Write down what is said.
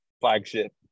flagship